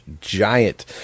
giant